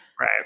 Right